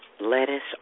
lettuce